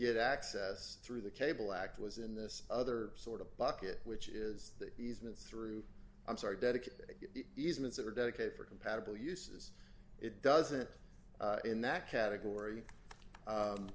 get access through the cable act was in this other sort of bucket which is the easement through i'm sorry dedicated easements that are dedicated for compatible uses it doesn't in that category